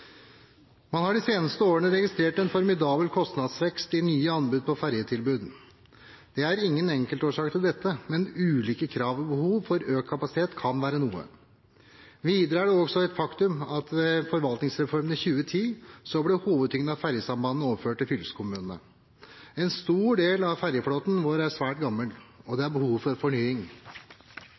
Man har de seneste årene registrert en formidabel kostnadsvekst i nye anbud på ferjetilbud. Det er ingen enkeltårsak til dette, men ulike krav og behov for økt kapasitet kan være noe. Videre er det også et faktum at ved forvaltningsreformen i 2010 ble hovedtyngden av ferjesambandet overført til fylkeskommunene. En stor del av ferjeflåten vår er svært gammel, og det er behov for fornying.